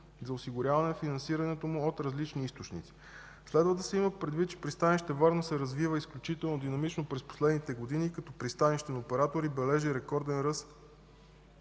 за осигуряване финансирането му от различни източници. Следва да се има предвид, че пристанище Варна се развива изключително динамично през последните години като пристанищен оператор и бележи ръст при